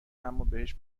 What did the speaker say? امابهش